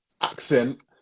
accent